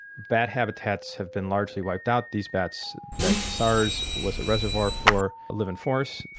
bat habitats have been largely wiped out, these bats that sars was a reservoir for live in forests.